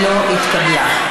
לא התקבלה.